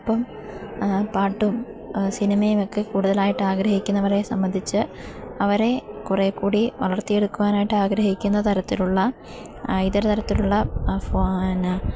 അപ്പം പാട്ടും സിനിമയുമൊക്കെ കൂടുതലായിട്ടാഗ്രഹിക്കുന്നവരെ സംബന്ധിച്ച് അവരെ കുറേക്കൂടി വളർത്തിയെടുക്കുവാനായിട്ടാഗ്രഹിക്കുന്ന തരത്തിലുള്ള ഇതര തരത്തിലുള്ള ഫോ എന്നാ